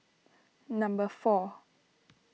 number four